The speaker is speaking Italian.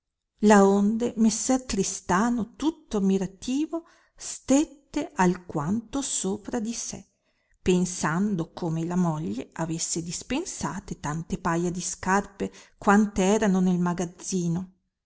la onde messer tristano tutto ammirativo stette alquanto sopra di sé pensando come la moglie avesse dispensate tante paia di scarpe quante erano nel magazzino